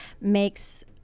makes